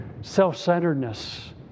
self-centeredness